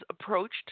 approached